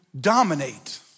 dominate